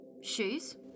Shoes